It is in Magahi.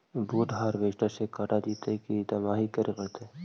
बुट हारबेसटर से कटा जितै कि दमाहि करे पडतै?